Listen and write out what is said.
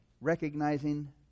Recognizing